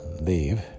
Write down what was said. leave